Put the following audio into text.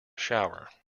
shower